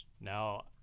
Now